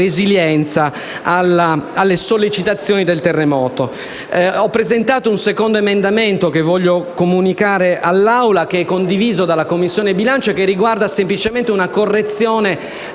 resilienza alle sollecitazioni del terremoto. Ho presentato un secondo emendamento che voglio comunicare all'Aula, che è condiviso dalla Commissione bilancio e che riguarda semplicemente una correzione